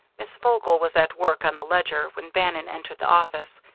miss vogel was at work on the ledger when bannon entered the office.